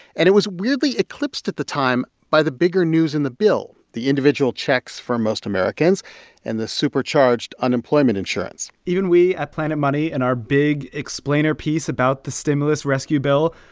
and it was weirdly eclipsed at the time by the bigger news in the bill, the individual checks for most americans and the supercharged unemployment insurance even we at planet money in our big explainer piece about the stimulus rescue bill,